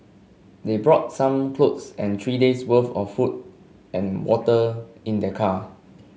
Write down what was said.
they brought some clothes and three days' worth of food and water in their car